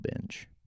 binge